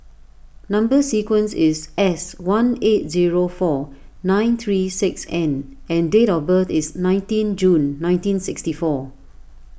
Number Sequence is S one eight zero four nine three six N and date of birth is nineteen June nineteen sixty four